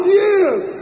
years